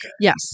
Yes